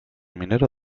minero